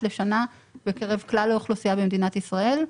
לשנה בקרב כלל האוכלוסייה במדינת ישראל,